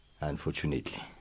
Unfortunately